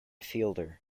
fielder